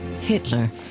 Hitler